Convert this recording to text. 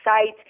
sites